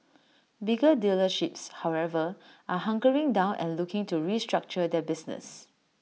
bigger dealerships however are hunkering down and looking to restructure their business